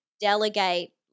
delegate